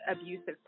abusive